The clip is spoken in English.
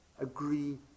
agree